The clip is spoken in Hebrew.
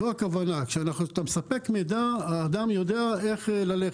וזאת הכוונה: כשאתה מספק מידע אדם יודע לאן ללכת.